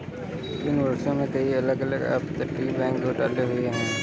इन वर्षों में, कई अलग अलग अपतटीय बैंकिंग घोटाले हुए हैं